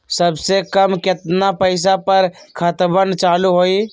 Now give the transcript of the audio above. सबसे कम केतना पईसा पर खतवन चालु होई?